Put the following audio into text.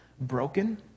broken